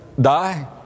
die